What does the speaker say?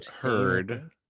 heard